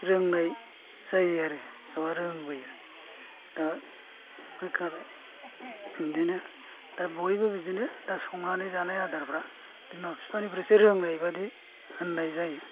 रोंनाय जायो आरो बा रोंबोयो दा बिदिनो दा बयबो बिदिनो दा संनानै जानाय आदारफ्रा बिमा बिफानिफ्रायसो रोंनाय बादि होननाय जायो